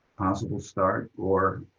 possible start, or